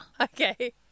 Okay